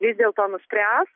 vis dėlto nuspręs